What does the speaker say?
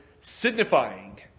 Signifying